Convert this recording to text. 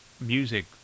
music